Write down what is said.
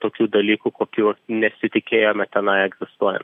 tokių dalykų kokių nesitikėjome tenai egzistuojan